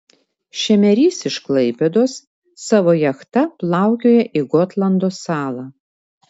šemerys iš klaipėdos savo jachta plaukioja į gotlando salą